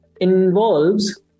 involves